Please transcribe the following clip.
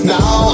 Now